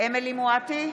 אמילי חיה מואטי,